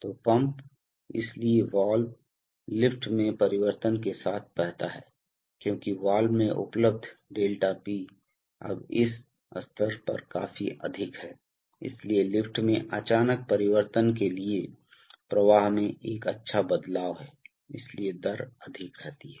तो पंप इसलिए valve lift में परिवर्तन के साथ बहता है क्योंकि वाल्व में उपलब्ध 𝛿P अब इस स्तर पर काफी अधिक है इसलिए लिफ्ट में अचानक परिवर्तन के लिए प्रवाह में एक अच्छा बदलाव है इसलिए दर अधिक रहती है